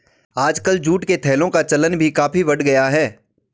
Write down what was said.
आजकल जूट के थैलों का चलन भी काफी बढ़ गया है